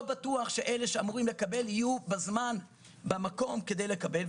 בטוח שאלו שאמורים לקבל יהיו בזמן ובמקום כדי לקבל,